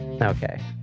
Okay